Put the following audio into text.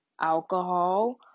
alcohol